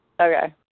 Okay